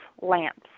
lamps